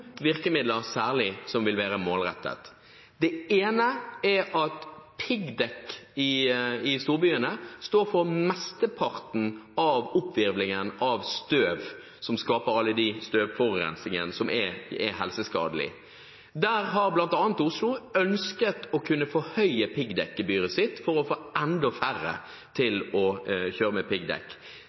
virkemidler som vil være målrettet. Det ene er at piggdekk i storbyene står for mesteparten av oppvirvlingen av støv som skaper alle de støvforurensingene som er helseskadelige. Der har bl.a. Oslo ønsket å kunne forhøye piggdekkgebyret sitt for å få enda færre til å kjøre med piggdekk.